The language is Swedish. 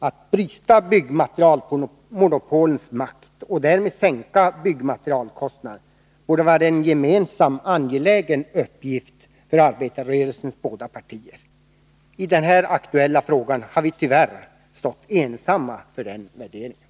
Att bryta byggmaterialmonopolens makt, och därmed sänka byggmaterialkostnaderna, borde vara en gemensam, angelägen uppgift för arbetarrö relsens båda partier. I den här aktuella frågan har vi tyvärr ensamma stått för den värderingen.